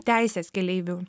teisės keleivių